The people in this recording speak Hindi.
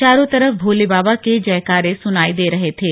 चारों तरफ भोले बाबा के जयकारे सुनाई दे रहे थे